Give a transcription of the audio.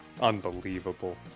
unbelievable